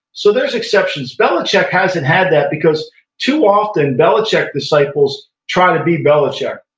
so, there's exceptions belichick hasn't had that because too often belichick disciples try to be belichick.